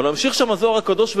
אבל ממשיך שם הזוהר הקדוש,